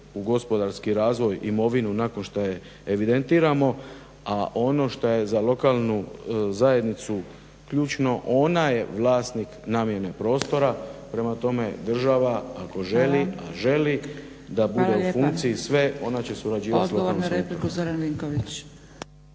u gospodarski razvoj imovinu nakon što je evidentiramo, a ono što je za lokalnu zajednicu ključno ona je vlasnik namjene prostora. Prema tome, država ako želi, a želi da bude u funkciji sve, ona će surađivati sa lokalnom samoupravom.